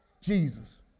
Jesus